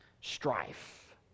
Strife